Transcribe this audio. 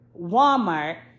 Walmart